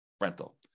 rental